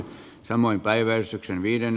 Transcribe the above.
samoin päiväys on viiden